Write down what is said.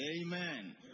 Amen